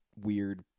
weird